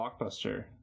Blockbuster